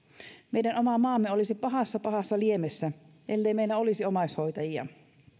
meidän oma maamme olisi pahassa pahassa liemessä ellei meillä olisi omaishoitajia